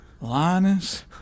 Linus